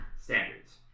standards